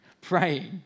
praying